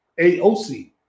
AOC